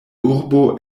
urbo